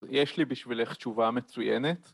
יש לי בשבילך תשובה מצוינת.